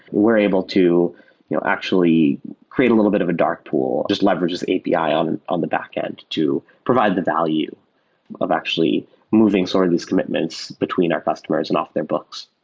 we're able to you know actually create a little bit of a dark pool, just leverages api on and on the backend to provide the value of actually moving sort of these commitments between our customers and off their books